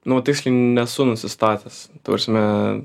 nu tiksliai nesu nusistatęs ta prasme